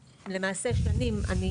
למעשה, שנים אני